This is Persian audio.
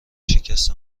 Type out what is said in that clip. شکست